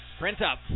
Printup